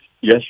Yes